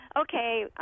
okay